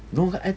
no I